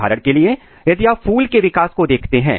उदाहरण के लिए यदि आप फूल के विकास को लेते हैं